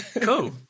Cool